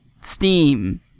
Steam